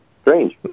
strange